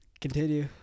Continue